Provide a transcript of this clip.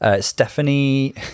Stephanie